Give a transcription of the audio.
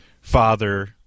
father